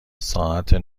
ساعت